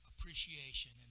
appreciation